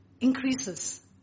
increases